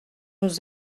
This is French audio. nous